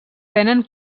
venen